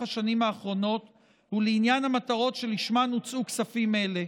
השנים האחרונות ולעניין המטרות שלשמן הוצאו כספים אלה.